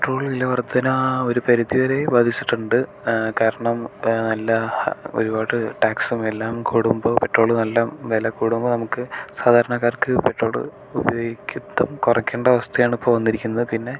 petrol വില വർധന ഒരു പരിധി വരെ ബാധിച്ചിട്ടിണ്ട് കാരണം നല്ല ഒരുപാട് ടാക്സും എല്ലാം കൂടുമ്പോൾ പെട്രോൾ നല്ല വില കൂടുമ്പോൾ നമുക്ക് സാധാരണക്കാർക്ക് പെട്രോൾ ഉപയോഗിക്കുന്നത് കുറക്കേണ്ട അവസ്ഥയാണിപ്പോൾ വന്നിരിക്കുന്നത് പിന്നെ